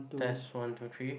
test one two three